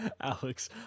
Alex